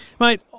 Mate